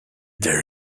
there